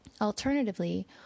Alternatively